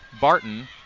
Barton